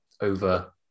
over